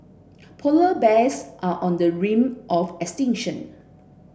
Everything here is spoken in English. polar bears are on the ring of extinction